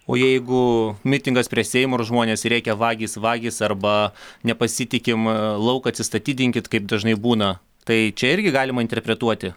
o jeigu mitingas prie seimo ir žmonės rėkia vagys vagys arba nepasitikim lauk atsistatydinkit kaip dažnai būna tai čia irgi galima interpretuoti